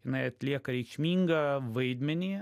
jinai atlieka reikšmingą vaidmenį